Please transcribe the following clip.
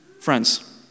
Friends